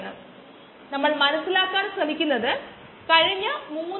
അതിനാൽ നമ്മൾ അവയെ അതിന്റെ വാക്യത്തിൽ എഴുതുന്നു